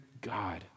God